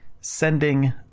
sending